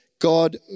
God